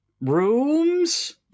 rooms